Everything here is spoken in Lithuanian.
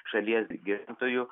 šalies gyventojų